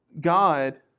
God